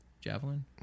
Javelin